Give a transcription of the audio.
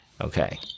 Okay